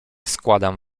składam